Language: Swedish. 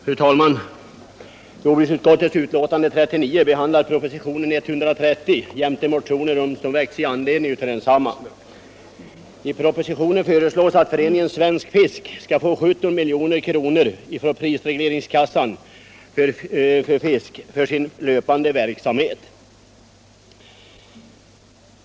Fru talman! Jordbruksutskottets betänkande nr 39 behandlar propositionen 130 jämte motioner som väckts i anledning av densamma. I propositionen föreslås bl.a. att Föreningen Svensk fisk skall få 17 milj.kr. från prisregleringskassan för fisk till sin löpande verksamhet.